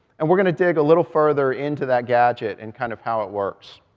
and we're going to dig a little further into that gadget and kind of how it works.